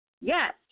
Yes